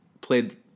played